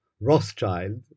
Rothschild